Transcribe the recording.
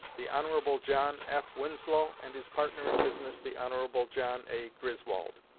the hon. john f. winslow and his partner in business, the hon john a. griswold.